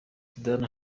zidane